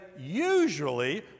usually